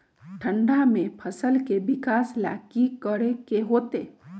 ठंडा में फसल के विकास ला की करे के होतै?